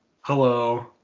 hello